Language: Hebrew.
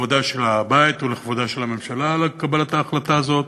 לכבודו של הבית ולכבודה של הממשלה על קבלת ההחלטה הזאת.